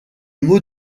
mot